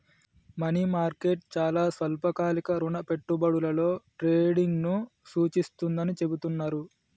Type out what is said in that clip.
money market చాలా స్వల్పకాలిక రుణ పెట్టుబడులలో ట్రేడింగ్ను సూచిస్తుందని చెబుతున్నరు